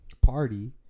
party